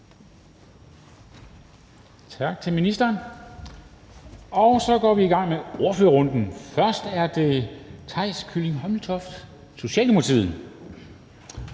bemærkninger. Og så går vi i gang med ordførerrunden. Først er det Theis Kylling Hommeltoft, Socialdemokratiet.